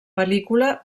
pel·lícula